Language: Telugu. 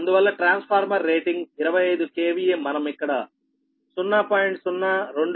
అందువల్ల ట్రాన్స్ఫార్మర్ రేటింగ్ 25 KVA మనం ఇక్కడ 0